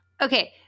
Okay